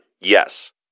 Yes